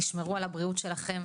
תשמרו על הבריאות שלכם,